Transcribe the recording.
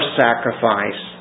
sacrifice